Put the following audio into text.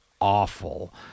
awful